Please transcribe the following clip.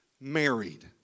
married